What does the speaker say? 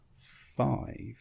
five